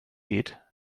geht